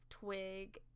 Twig